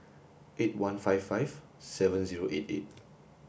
eight one five five seven zero eight eight